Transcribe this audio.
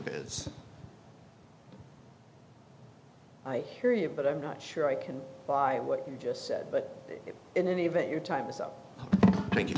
because i hear you but i'm not sure i can buy what you just said but in any event your time is up